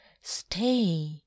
Stay